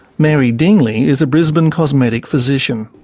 mary dingley is a brisbane cosmetic physician.